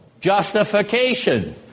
justification